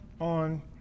on